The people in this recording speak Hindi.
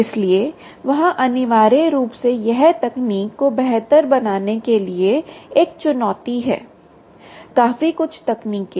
इसलिए वहाँ अनिवार्य रूप से यह तकनीक को बेहतर बनाने के लिए एक चुनौती है काफी कुछ तकनीकें हैं